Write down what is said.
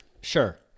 Sure